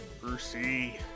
Brucey